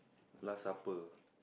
last supper